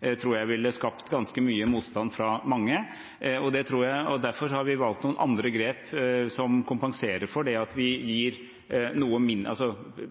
tror jeg ville skapt ganske mye motstand fra mange. Derfor har vi valgt noen andre grep, som kompenserer for dette.